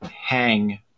hang